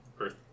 Earth